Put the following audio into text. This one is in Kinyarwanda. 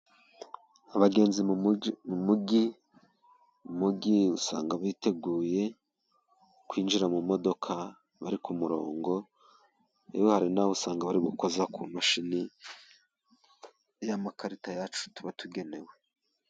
Abagenzi mu mujyi, mu mujyi usanga biteguye kwinjira mu modoka bari ku murongo, yewe hari nabo usanga bari gukoza ku mashini ya makarita yacu tuba tugenewe.